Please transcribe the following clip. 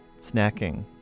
snacking